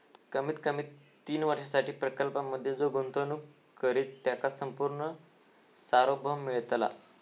कमीत कमी तीन वर्षांसाठी प्रकल्पांमधे जो गुंतवणूक करित त्याका संपूर्ण सार्वभौम मिळतला